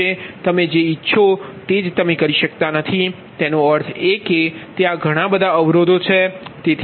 તમે જે ઇચ્છો તે જ તમે કરી શકતા નથી તેનો અર્થ એ કે ત્યાં ઘણા બધા અવરોધો છે